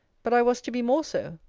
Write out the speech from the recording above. but i was to be more so.